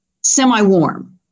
semi-warm